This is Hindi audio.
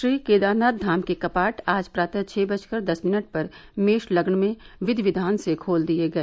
श्री केदारनाथ धाम के कपाट आज प्रातः छ बजकर दस मिनट पर मेष लग्न में विधि विधान से खोल दिये गए